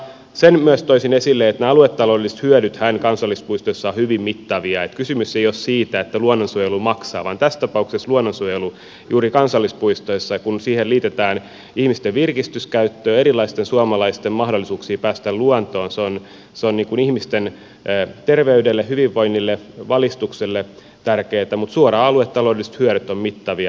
sen myös toisin esille että nämä aluetaloudelliset hyödythän kansallispuistoissa ovat hyvin mittavia että kysymys ei ole siitä että luonnonsuojelu maksaa vaan tässä tapauksessa luonnonsuojelu juuri kansallispuistoissa kun siihen liitetään ihmisten virkistyskäyttöä erilaisten suomalaisten mahdollisuuksia päästä luontoon on ihmisten terveydelle hyvinvoinnille valistukselle tärkeätä mutta myös suoraan aluetaloudelliset hyödyt ovat mittavia